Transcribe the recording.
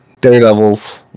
Daredevils